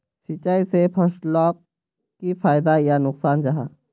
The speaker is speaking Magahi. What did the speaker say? सिंचाई से फसलोक की फायदा या नुकसान जाहा?